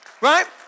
right